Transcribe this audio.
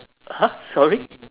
!huh! sorry